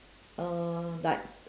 uh like